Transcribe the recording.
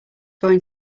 going